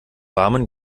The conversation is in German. warmen